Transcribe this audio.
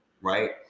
right